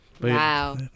Wow